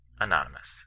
Anonymous